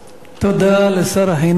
תודה לשר החינוך.